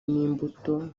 n’imbuto